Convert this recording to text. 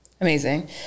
Amazing